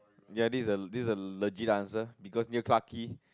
ya this is the this is the legit answer because near Clarke-Quay